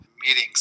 meetings